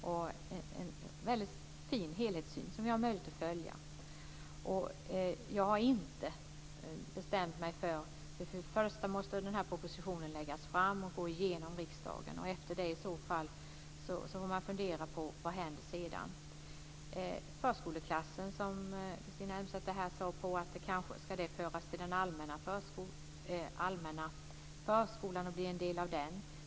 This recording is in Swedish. Vi har en fin helhet som vi har möjlighet att följa. Jag har inte bestämt mig definitivt. För det första måste den här proposition läggas fram och gå igenom i riksdagen. Efter det får man i så fall fundera på vad som händer sedan. Förskoleklassen talade Catharina Elmsäter-Svärd om här. Ska den föras till den allmänna förskolan och bli en del av den?